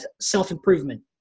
self-improvement